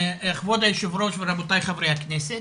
כבוד היו"ר ורבותי חברי הכנסת,